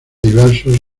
diversos